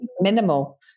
minimal